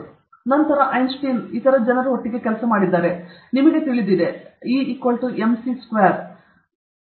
ಆದ್ದರಿಂದ ನಂತರ ಐನ್ಸ್ಟೈನ್ ಇತರ ಜನರು ಒಟ್ಟಿಗೆ ಕೆಲಸ ಮಾಡಿದ್ದಾರೆ ಮತ್ತು ನಂತರ ನಿಮಗೆ ಈಗ ತಿಳಿದಿದೆ ಇದನ್ನು ಅಣುವನ್ನು ವಿಭಜಿಸಲು ಬಳಸಬಹುದು e ಇದು ಎಮ್ಸಿ ಚದರಕ್ಕೆ ಸಮನಾಗಿರುತ್ತದೆ ಮತ್ತು ಅದು ಸರಿಯಾಗಿದೆ